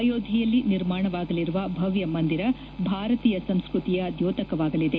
ಅಯೋಧ್ನೆಯಲ್ಲಿ ನಿರ್ಮಾಣವಾಗಲಿರುವ ಭವ್ಯ ಮಂದಿರ ಭಾರತೀಯ ಸಂಸ್ಸ್ನತಿಯ ದ್ಯೋತಕವಾಗಲಿದೆ